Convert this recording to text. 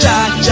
Jack